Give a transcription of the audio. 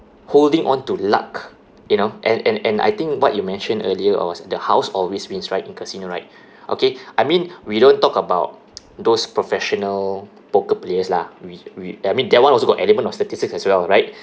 holding on to luck you know and and and I think what you mentioned earlier was the house always wins right in casino right okay I mean we don't talk about those professional poker players lah we we I mean that one also got element of statistics as well right